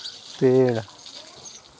पेड़